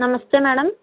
నమస్తే మేడం